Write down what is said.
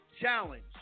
challenge